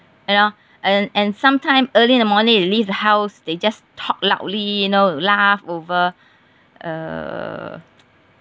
you know and and sometime early in the morning you leave the house they just talk loudly you know laugh over err